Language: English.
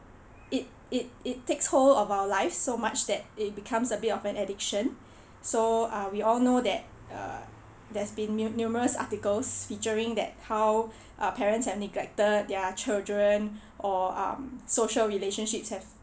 it it it takes hold of our lives so much that it becomes a bit of an addiction so uh we all know that err there's been num~ numerous articles featuring that how uh parents have neglected their children or um social relationships have